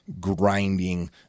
grinding